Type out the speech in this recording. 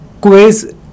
quiz